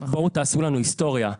בואו תעשו לנו היסטוריה,